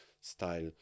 style